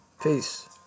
Peace